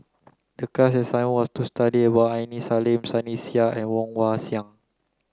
the class assignment was to study about Aini Salim Sunny Sia and Woon Wah Siang